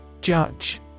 Judge